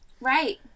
Right